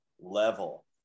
level